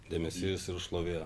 dėmesys ir šlovė